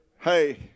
Hey